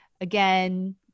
again